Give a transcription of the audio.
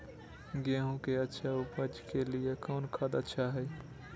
गेंहू के अच्छा ऊपज के लिए कौन खाद अच्छा हाय?